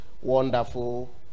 wonderful